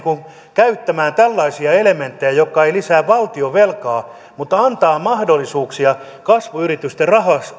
käyttämään tällaisia elementtejä jotka eivät lisää valtionvelkaa mutta antavat mahdollisuuksia kasvuyritysten